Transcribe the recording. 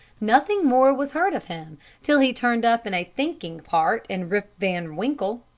nothing more was heard of him till he turned up in a thinking part in rip van winkle.